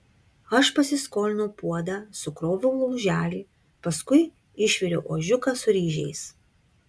aš pasiskolinau puodą sukroviau lauželį paskui išviriau ožiuką su ryžiais